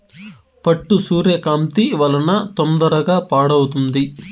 పట్టు సూర్యకాంతి వలన తొందరగా పాడవుతుంది